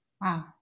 Wow